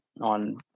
on